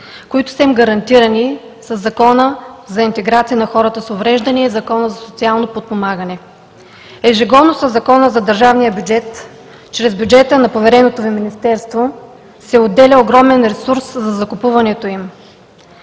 които са им гарантирани със Закона за интеграция на хората с увреждания и Закона за социално подпомагане. Ежегодно със Закона за държавния бюджет чрез бюджета на повереното Ви Министерство се отделя огромен ресурс за закупуването им.